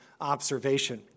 observation